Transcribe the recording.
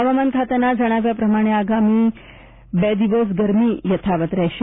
હવામાન ખાતાના જણાવ્યા પ્રમાણે આગામી હજુ બે દિવસ ગરમી યથાવત રહેશે